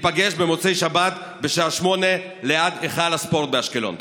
ניפגש במוצאי שבת בשעה 20:00 ליד היכל הספורט באשקלון.